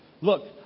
Look